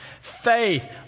faith